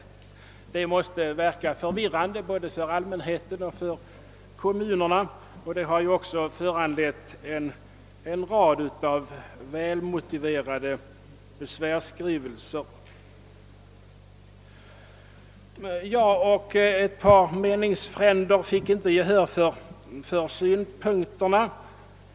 Detta måste verka förvirrande både för allmänheten och för kommunerna och det har också föranlett en rad välmotiverade besvärsskrivelser. Jag och ett par meningsfränder fick inte gehör för våra synpunkter.